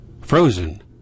Frozen